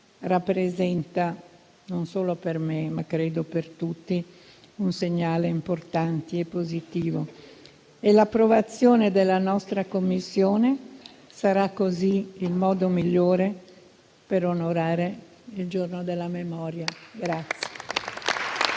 rappresenta - non solo per me, ma credo per tutti - un segnale importante e positivo. L'approvazione della istituzione della nostra Commissione sarà così il modo migliore per onorare il Giorno della memoria. *(Vivi